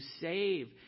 save